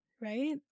right